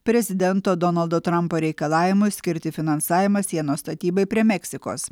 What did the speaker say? prezidento donaldo trampo reikalavimui skirti finansavimą sienos statybai prie meksikos